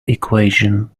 equation